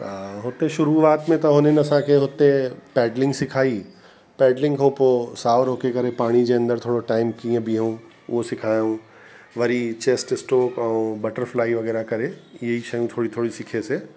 हुते शुरुआत में त हुननि असांखे हुते पैडलिंग सिखाई पैडलिंग खो पो साहु रोके करे पाणी जे अंदरु थोरो टाइम कीअं बिहऊं उहो सिखायूं वरी चैस्ट स्टोक ऐं बटरफ्लाई वग़ैरह करे ईअं ई शयूं थोरी थोरी सिखियसि